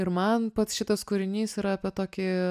ir man pats šitas kūrinys yra apie tokį